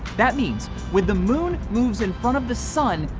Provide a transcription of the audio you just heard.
that means when the moon moves in front of the sun,